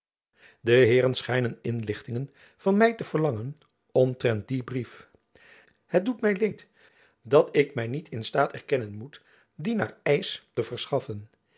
de heeren schijnen inlichtingen van my te verlangen omtrent dien brief het doet my leed dat ik my niet in staat erkennen moet die naar eisch te verschaffen